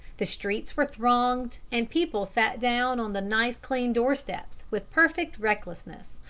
the streets were thronged, and people sat down on the nice clean door-steps with perfect recklessness,